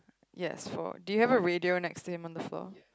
yes floor do you have a radio next to him on the floor